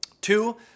Two